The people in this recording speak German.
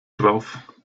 drauf